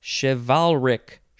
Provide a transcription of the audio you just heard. chivalric